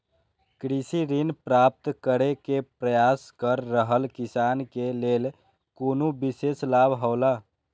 कृषि ऋण प्राप्त करे के प्रयास कर रहल किसान के लेल कुनु विशेष लाभ हौला?